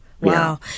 Wow